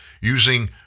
using